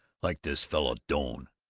like this fellow doane.